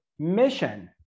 mission